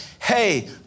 hey